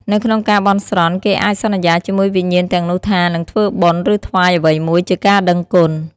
នៅក្នុងការបន់ស្រន់ គេអាចសន្យាជាមួយវិញ្ញាណទាំងនោះថា នឹងធ្វើបុណ្យ ឬថ្វាយអ្វីមួយជាការដឹងគុណ។